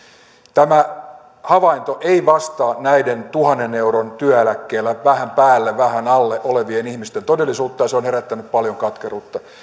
tämä havainto ei vastaa näiden tuhannen euron työeläkkeellä vähän päälle vähän alle olevien ihmisten todellisuutta ja se on herättänyt paljon katkeruutta